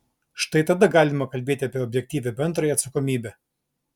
štai tada galima kalbėti apie objektyvią bendrąją atsakomybę